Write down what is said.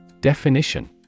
Definition